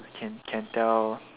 can can tell